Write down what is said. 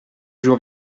jour